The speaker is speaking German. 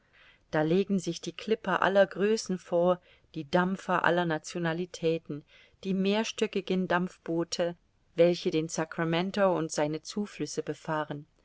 da legen sich die klipper aller größen vor die dampfer aller nationalitäten die mehrstöckigen dampfboote welche den sacramento und seine zuflüsse befahren